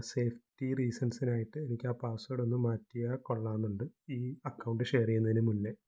safety റീസൺസിനായിട്ട് എനിക്കാ password ഒന്ന് മാറ്റിയാല് കൊള്ളാമെന്നുണ്ട് ഈ അക്കൗണ്ട് ഷെയര് ചെയ്യുന്നതിന് മുന്നെ